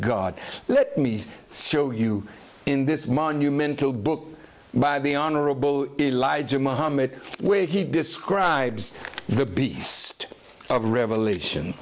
god let me show you in this monumental book by the honorable elijah mohammed where he describes the beast of revelation